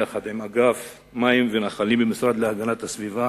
יחד עם אגף מים ונחלים במשרד להגנת הסביבה